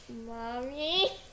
Mommy